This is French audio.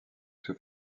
sous